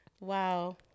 Wow